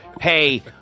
Hey